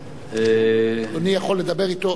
אדוני יכול לדבר אתו.